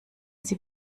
sie